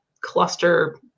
cluster